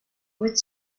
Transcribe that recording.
with